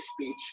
speech